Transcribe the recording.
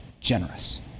generous